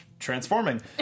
transforming